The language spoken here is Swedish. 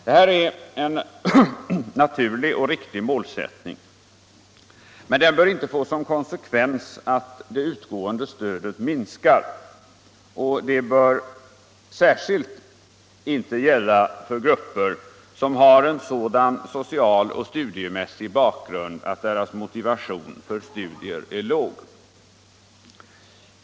Detta är en naturlig och riktig målsättning, men den bör inte som konsekvens få att det utgående stödet minskar, särskilt inte för grupper med en sådan social och studiemässig bakgrund att deras motivation för studier är låg.